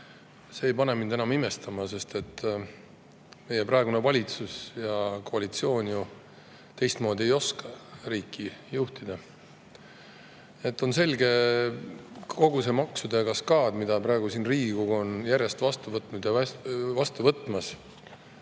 see ei pane mind enam imestama, sest praegune valitsus ja koalitsioon ju teistmoodi ei oska riiki juhtida. On selge, et kogu see maksude kaskaad, mille Riigikogu on järjest vastu võtnud